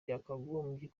byakagombye